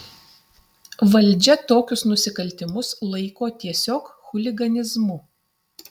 valdžia tokius nusikaltimus laiko tiesiog chuliganizmu